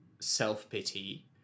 self-pity